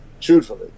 truthfully